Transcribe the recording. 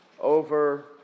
over